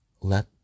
let